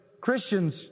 Christians